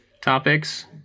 topics